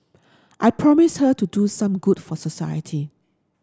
I promised her to do some good for society